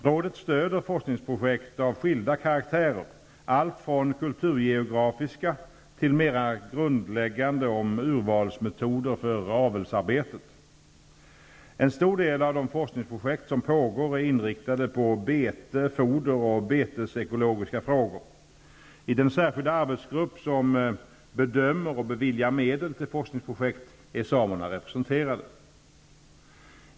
Rådet stöder forskningsprojekt av skilda karaktärer, allt från kulturgeografiska till mera grundläggande om urvalsmetoder för avelsarbetet. En stor del av de forskningsprojekt som pågår är inriktade på bete, foder och betesekologiska frågor. I den särskilda arbetsgrupp som bedömer och beviljar medel till forskningsprojekt är samerna representerade.